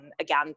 again